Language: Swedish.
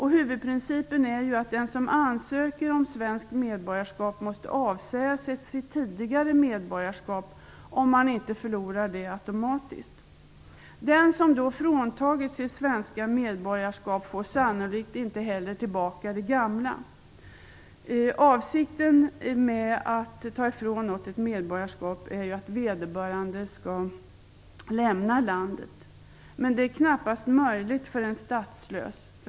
Huvudprincipen är ju att den som ansöker om svenskt medborgarskap måste avsäga sig sitt tidigare medborgarskap om man inte förlorar detta automatiskt. Den som fråntagits sitt svenska medborgarskap får sannolikt inte heller tillbaka sitt gamla medborgarskap. Avsikten med att ta ifrån någon ett medborgarskap är ju att vederbörande skall lämna landet. Men detta är knappast möjligt för en statslös.